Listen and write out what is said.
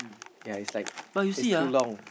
ya is like it's too long